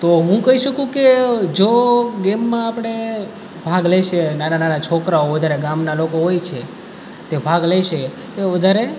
તો હું કહી શકું કે જો ગેમમાં આપણે ભાગ લેશે નાના નાના છોકરાઓ વધારે ગામનાં લોકો હોય છે તે ભાગ લેશે એ વધારે